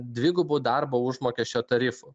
dvigubu darbo užmokesčio tarifu